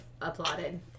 applauded